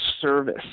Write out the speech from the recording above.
service